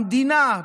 המדינה,